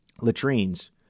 latrines